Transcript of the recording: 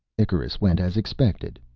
icarus went as expected.